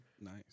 Nice